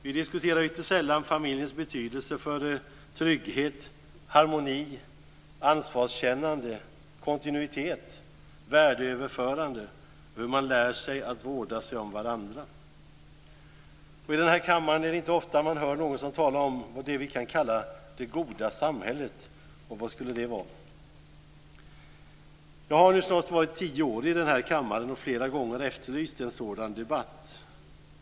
Vi diskuterar ytterst sällan familjens betydelse för trygghet, harmoni, ansvarskännande, kontinuitet, värdeöverförande och hur man lär sig att vårda sig om varandra. I den här kammaren är det inte ofta man hör någon som talar om det vi kan kalla det goda samhället och vad det skulle vara. Jag har nu suttit snart tio år i den här kammaren och flera gånger efterlyst en sådan debatt.